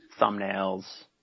thumbnails